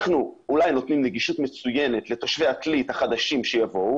אנחנו אולי נותנים נגישות מצוינת לתושבי עתלית החדשים שיבואו